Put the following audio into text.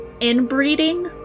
Inbreeding